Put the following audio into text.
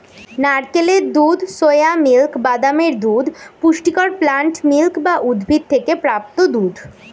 নারকেলের দুধ, soya milk, বাদামের দুধ পুষ্টিকর প্লান্ট মিল্ক বা উদ্ভিদ থেকে প্রাপ্ত দুধ